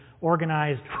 organized